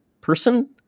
person